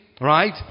Right